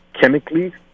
chemically